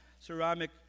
ceramic